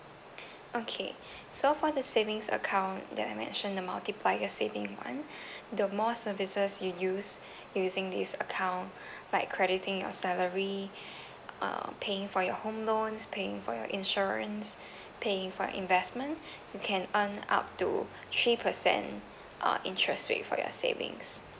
okay so for the savings account that I mentioned the multiplier saving [one] the more services you use using this account like crediting your salary uh paying for your home loans paying for your insurance paying for investment you can earn up to three percent uh interest rate for you savings